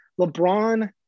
LeBron –